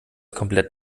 komplett